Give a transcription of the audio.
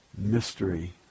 mystery